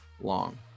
long